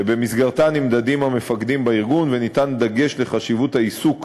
שבמסגרתה נמדדים המפקדים בארגון וניתן דגש על חשיבות העיסוק